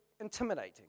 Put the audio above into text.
intimidating